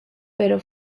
pero